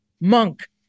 Monk